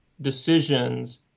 decisions